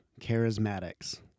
charismatics